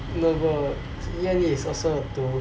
no bro 烟 is also a 毒